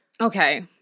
Okay